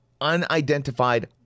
unidentified